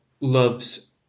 loves